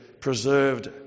preserved